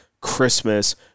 Christmas